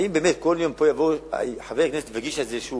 האם באמת כל יום יבוא פה חבר כנסת ויגיש איזו